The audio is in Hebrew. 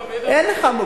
אין לך.